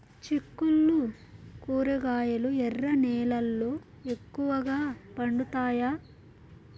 చిక్కుళ్లు కూరగాయలు ఎర్ర నేలల్లో ఎక్కువగా పండుతాయా